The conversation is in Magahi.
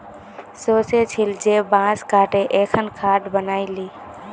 सोचे छिल जे बांस काते एकखन खाट बनइ ली